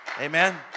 Amen